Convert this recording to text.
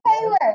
Taylor